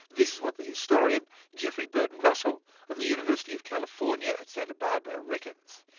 this is what the historian jeffrey burton russell, of the university of california at santa barbara, reckons.